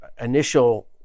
initial